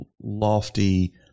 lofty